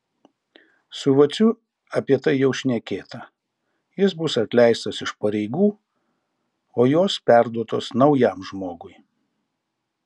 su vaciu apie tai jau šnekėta jis bus atleistas iš pareigų o jos perduotos naujam žmogui